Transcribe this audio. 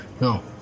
No